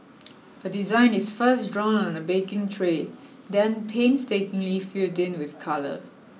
a design is first drawn on a baking tray then painstakingly filled in with colour